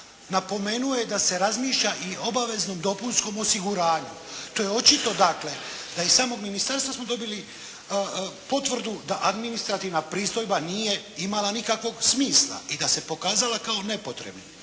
napomenuo je da se razmišlja i o obaveznom dopunskom osiguranju. To je očito dakle, da i iz samog Ministarstva smo dobili potvrdu da administrativna pristojba nije imala nikakvog smisla i da se pokazala kao nepotrebnim.